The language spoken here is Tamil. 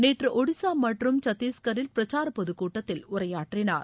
நேற்று ஒடிசா மற்றும் சத்தீஸ்கரில் பிரச்சார பொதுக்கூட்டத்தில் உரையாற்றினார்